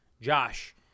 Josh